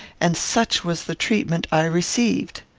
and such was the treatment i received.